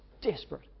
desperate